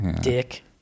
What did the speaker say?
Dick